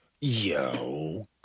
Yo